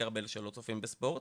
בעיקר באלה שלא צופים בספורט,